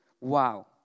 Wow